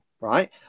Right